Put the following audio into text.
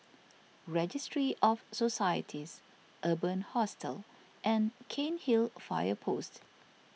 Registry of Societies Urban Hostel and Cairnhill Fire Post